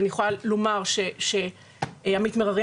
אני יכולה לומר שעמית מררי,